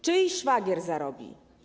Czyj szwagier zarobi?